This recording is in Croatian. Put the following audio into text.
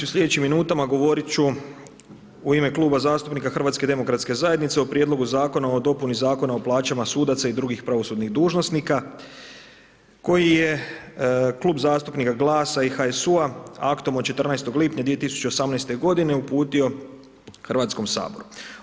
U sljedećim minutama govoriti ću u ime Kluba zastupnika HDZ-a o Prijedlogu zakona o dopuni Zakona o plaćama sudaca i drugih pravosudnih dužnosnika koji je Klub zastupnika GLAS-a i HSU-a aktom od 14. lipnja 2018. godine uputio Hrvatskom saboru.